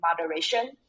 moderation